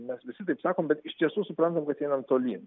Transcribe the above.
mes visi sakom bet iš tiesų suprantam kad einam tolyn